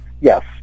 Yes